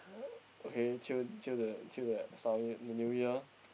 okay till till the till the start of the New Year